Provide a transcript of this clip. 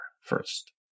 first